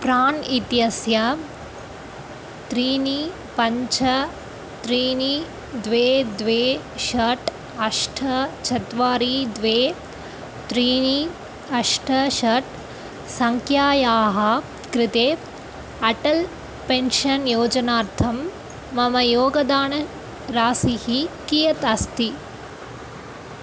प्राण् इत्यस्य त्रीणि पञ्च त्रीणि द्वे द्वे षट् अष्ट चत्वारि द्वे त्रीणि अष्ट षट् सङ्ख्यायाः कृते अटल् पेन्शन् योजनार्थं मम योगदानराशिः कियत् अस्ति